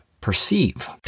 perceive